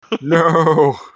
No